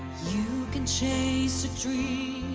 you can chase a dream